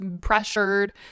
pressured